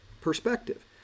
perspective